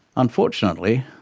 unfortunately,